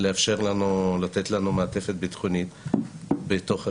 לתת לנו מעטפת ביטחונית בתוך השגרירויות.